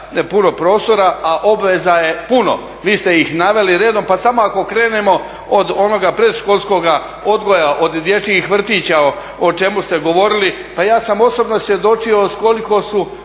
puno prostora, a obveza je puno. Vi ste ih naveli redom, pa samo ako krenemo od onoga predškolskoga odgoja od dječjih vrtića o čemu ste govorili, pa ja sam osobno svjedočio sa koliko su